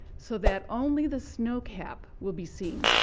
so that only the snow cap will be seen.